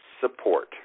support